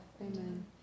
amen